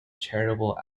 charitable